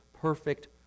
perfect